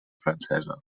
francesa